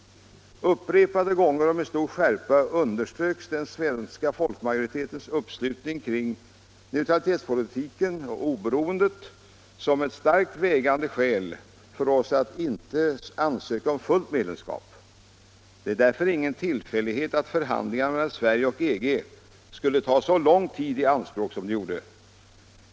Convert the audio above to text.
Upprepade gånger och med stor skärpa underströks den svenska folkmajoritetens uppslutning kring neutralitetspolitiken och oberoendet som ett starkt vägande skäl för oss att inte ansöka om fullt medlemskap. Det var därför ingen tillfällighet att förhandlingarna mellan Sverige och EG skulle ta så lång tid i anspråk som de gjorde.